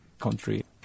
country